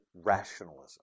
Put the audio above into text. rationalism